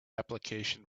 application